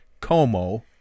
Como